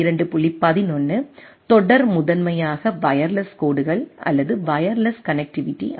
11 தொடர் முதன்மையாக வயர்லெஸ் கோடுகள் அல்லது வயர்லெஸ் கனெக்ட்டிவிட்டி ஆகும்